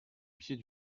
pied